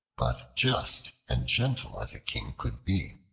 but just and gentle as a king could be.